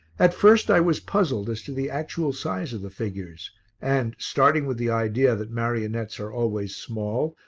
at first i was puzzled as to the actual size of the figures and, starting with the idea that marionettes are always small,